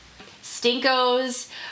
Stinko's